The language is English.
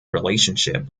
relationship